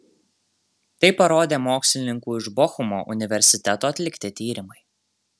tai parodė mokslininkų iš bochumo universiteto atlikti tyrimai